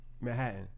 Manhattan